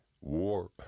War